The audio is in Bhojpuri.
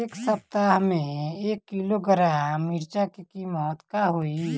एह सप्ताह मे एक किलोग्राम मिरचाई के किमत का होई?